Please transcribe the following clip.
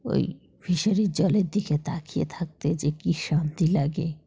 ওই ফিশারির জলের দিকে তাকিয়ে থাকতে যে কী শান্তি লাগে